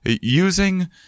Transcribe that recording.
using